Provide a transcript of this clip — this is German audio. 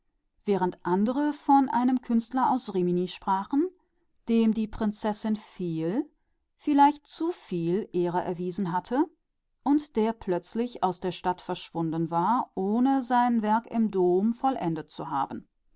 während andere einen künstler aus rimini nannten dem die prinzessin viel vielleicht zu viel ehre erwiesen hatte und der plötzlich aus der stadt verschwunden war ohne seine arbeit in der kathedrale vollendet zu haben